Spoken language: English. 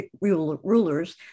rulers